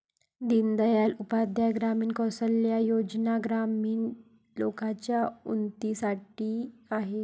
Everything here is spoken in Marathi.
दीन दयाल उपाध्याय ग्रामीण कौशल्या योजना ग्रामीण लोकांच्या उन्नतीसाठी आहेत